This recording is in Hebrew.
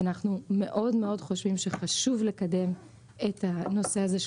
אנחנו מאוד חושבים שחשוב לקדם את הנושא הזה,